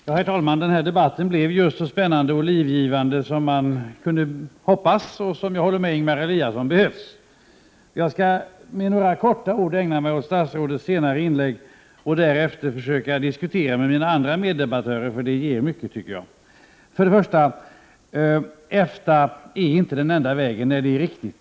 Herr talman! Den här debatten blev just så spännande och livgivande som man hade hoppats på. Jag håller med Ingemar Eliasson om att det behövs. Jag skall bara helt kort ägna mig åt statsrådets senare inlägg. Därefter vill jag försöka diskutera med mina andra meddebattörer, för det tycker jag ger mycket. Först och främst är EFTA inte den enda vägen.